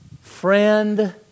Friend